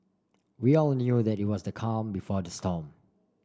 we all knew that it was the calm before the storm